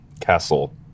Castle